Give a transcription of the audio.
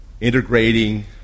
integrating